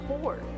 poor